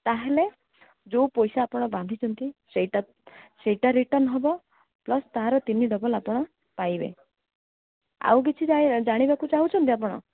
ତା'ହେଲେ ଯେଉଁ ପଇସା ଆପଣ ବାନ୍ଧିଛନ୍ତି ସେଇଟା ସେଇଟା ରିଟର୍ଣ୍ଣ ହେବ ପ୍ଲସ୍ ତା'ର ତିନି ଡବଲ୍ ଆପଣ ପାଇବେ ଆଉ କିଛି ଯାଇ ଜାଣିବାକୁ ଚାହୁଁଛନ୍ତି ଆପଣ